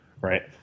right